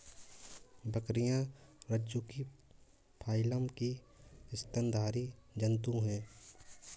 बकरियाँ रज्जुकी फाइलम की स्तनधारी जन्तु है